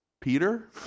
Peter